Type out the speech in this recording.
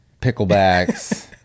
picklebacks